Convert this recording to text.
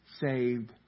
saved